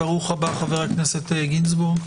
ברוך הבא, חבר הכנסת גינזבורג.